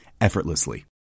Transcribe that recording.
effortlessly